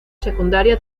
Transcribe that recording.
secundaria